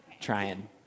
trying